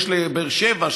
יש לבאר שבע,